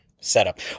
setup